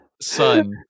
son